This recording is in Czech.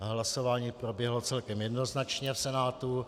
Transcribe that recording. Hlasování proběhlo celkem jednoznačně v Senátu.